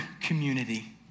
community